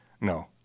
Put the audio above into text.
no